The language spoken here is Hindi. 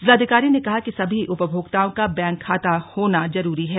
जिलाधिकारी ने कहा कि सभी उपभोक्ताओं का बैंक खाता होना जरूरी है